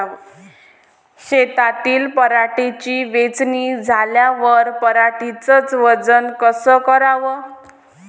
शेतातील पराटीची वेचनी झाल्यावर पराटीचं वजन कस कराव?